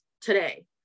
today